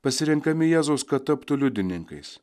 pasirenkami jėzaus kad taptų liudininkais